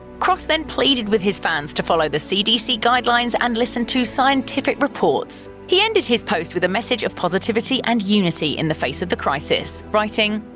cross then pleaded with his fans to follow the cdc guidelines and listen to scientific reports. he ended his post with a message of positivity and unity in the face of the crisis, writing,